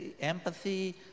empathy